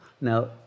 Now